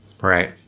Right